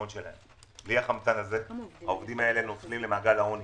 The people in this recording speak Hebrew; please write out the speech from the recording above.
בלי החמצן הזה העובדים האלה נכנסים למעגל העוני.